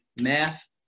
math